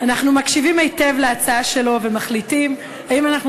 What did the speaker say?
אנחנו מקשיבים היטב להצעה שלו ומחליטים אם אנחנו